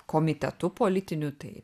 komitetu politiniu tai